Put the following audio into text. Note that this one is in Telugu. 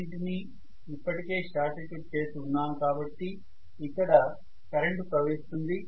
అన్నింటిని ఇప్పటికే షార్ట్ సర్క్యూట్ చేసి ఉన్నాను కాబట్టి ఇక్కడ కరెంటు ప్రవహిస్తుంది